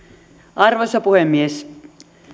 arvoisa puhemies